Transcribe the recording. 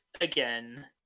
again